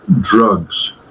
drugs